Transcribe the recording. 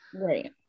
Right